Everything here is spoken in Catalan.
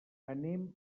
anem